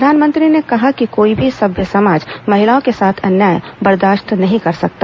प्रधानमंत्री ने कहा कि कोई भी सभ्य समाज महिलाओं के साथ अन्याय बर्दाश्त नहीं कर सकता